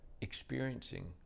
experiencing